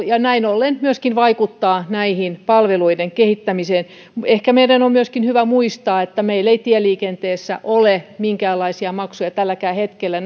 ja näin ollen myöskin vaikuttaa palveluiden kehittämiseen ehkä meidän on myöskin hyvä muistaa että meillä ei tieliikenteessä ole minkäänlaisia maksuja tälläkään hetkellä